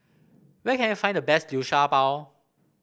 where can I find the best Liu Sha Bao